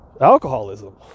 alcoholism